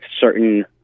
certain